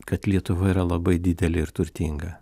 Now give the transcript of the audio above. kad lietuva yra labai didelė ir turtinga